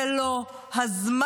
זה לא הזמן.